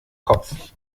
kopf